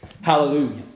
Hallelujah